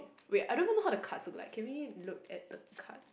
wait I don't even know how the cards look like can we look at the cards